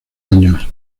años